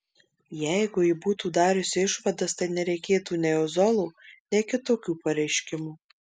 jeigu ji būtų dariusi išvadas tai nereikėtų nei ozolo nei kitokių pareiškimų